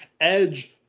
Edge